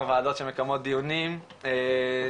שמקיימות דיונים,